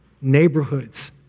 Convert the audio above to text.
neighborhoods